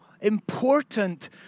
important